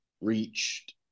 reached